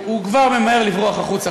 הוא כבר ממהר לברוח החוצה,